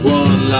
one